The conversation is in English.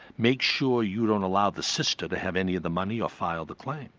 make sure you don't allow the sister to have any of the money or file the claim